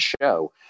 show